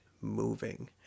moving